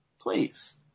please